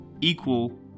equal